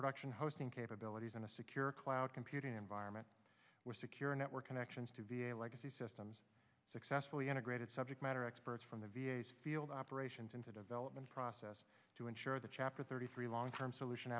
production hosting capabilities in a secure cloud computing environment with secure network connections to be a legacy systems successfully integrated subject matter experts from the v a s field operations into development process to ensure the chapter thirty three long term solution